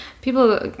people